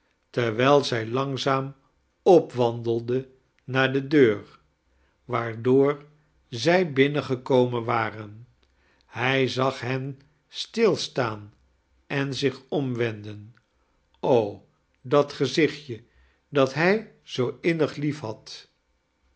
terwijl zij langzaam opwandelden naar de deur waaa'door zij binnengekomen waren hij zag hen stilstaan en zich omwenden o dat gezichtje dat hij zoo innig liefhad